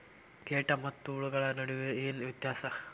ಕೇಟ ಮತ್ತು ಹುಳುಗಳ ನಡುವೆ ಏನ್ ವ್ಯತ್ಯಾಸ?